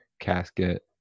casket